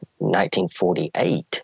1948